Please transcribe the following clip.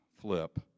flip